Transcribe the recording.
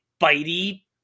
bitey